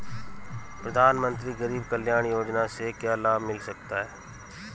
प्रधानमंत्री गरीब कल्याण योजना से क्या लाभ मिल सकता है?